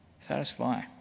Satisfy